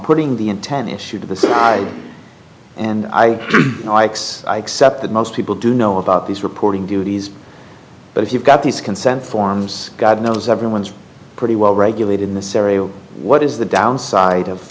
putting the intent issue to the side and i likes except that most people do know about this reporting duties but if you've got these consent forms god knows everyone's pretty well regulated in this area what is the downside of